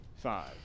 Five